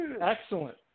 Excellent